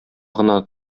гына